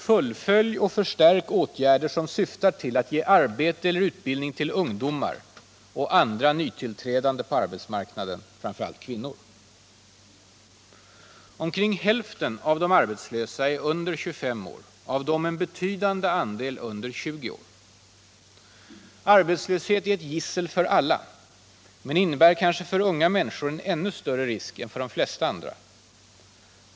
Fullfölj och förstärk åtgärder som syftar till att ge arbete eller utbildning till ungdomar och andra nytillträdande på arbetsmarknaden, främst kvinnor. Omkring hälften av de arbetslösa är under 25 år och av dem en betydande andel under 20 år. Arbetslöshet är ett gissel för alla, men den innebär kanske för unga människor en större risk än för de flesta andra.